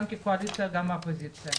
גם הקואליציה וגם האופוזיציה.